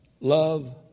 love